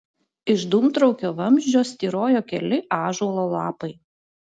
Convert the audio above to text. iš dūmtraukio vamzdžio styrojo keli ąžuolo lapai